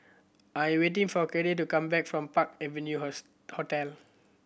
I'm waiting for Kade to come back from Park Avenue Hotel